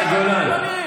מאי גולן.